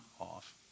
off